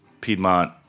Piedmont